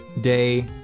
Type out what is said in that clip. Day